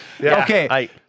Okay